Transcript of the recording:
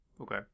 Okay